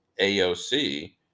AOC